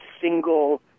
single